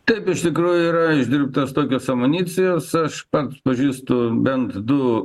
taip iš tikrųjų yra išdirbtos tokios amunicijos aš pats pažįstu bent du